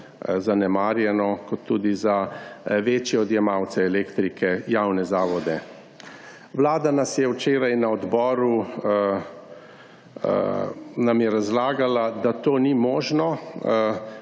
zanemarjeno, kot tudi za večje odjemalce elektrike, javne zavode. Vlada nam je včeraj na odboru razlagala, da to ni možno.